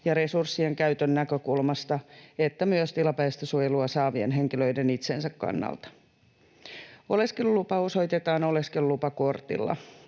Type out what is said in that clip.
ja resurssien käytön näkökulmasta että myös tilapäistä suojelua saavien henkilöiden itsensä kannalta. Oleskelulupa osoitetaan oleskelulupakortilla.